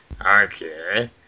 Okay